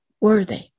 worthy